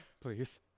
Please